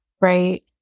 Right